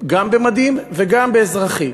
גם במדים וגם באזרחי.